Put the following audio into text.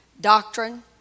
doctrine